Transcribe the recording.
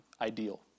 ideal